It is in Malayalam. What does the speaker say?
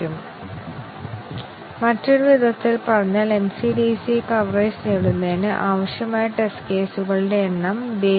N 10 ആണെങ്കിൽ ഞങ്ങൾക്ക് 1024 ടെസ്റ്റ് കേസുകൾ ആവശ്യമാണ്